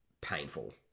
painful